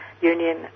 union